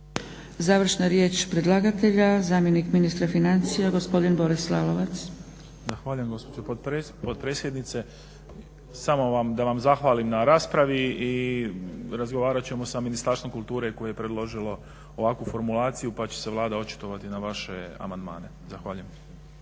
Završna riječ predlagatelja. Zamjenik ministra financija gospodin Boris Lalovac. **Lalovac, Boris** Zahvaljujem gospođo potpredsjednice. Samo da vam zahvalim na raspravi i razgovarat ćemo sa Ministarstvom kulture koje je predložilo ovakvu formulaciju, pa će se Vlada očitovati na vaše amandmane. Zahvaljujem.